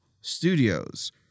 Studios